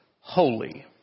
holy